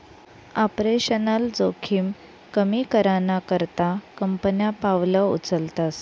operational जोखिम कमी कराना करता कंपन्या पावलं उचलतस